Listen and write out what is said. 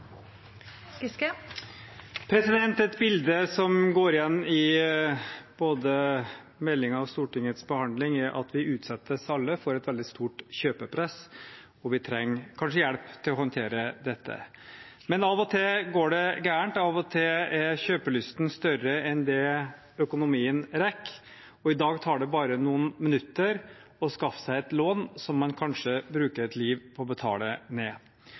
at vi alle utsettes for et veldig stort kjøpepress, og vi trenger kanskje hjelp til å håndtere dette. Men av og til går det gærent, av og til er kjøpelysten større enn det økonomien rekker til, og i dag tar det bare noen minutter å skaffe seg et lån, som man kanskje bruker et liv på å betale ned.